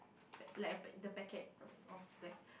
like a pack the packet of like